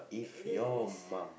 it is